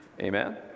Amen